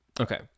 Okay